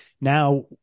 now